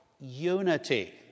unity